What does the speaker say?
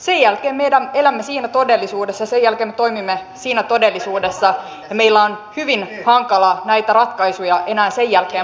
sen jälkeen me elämme siinä todellisuudessa ja toimimme siinä todellisuudessa että meillä on hyvin hankala näitä ratkaisuja enää sen jälkeen muuttaa